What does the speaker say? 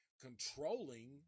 controlling